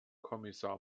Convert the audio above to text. kommissar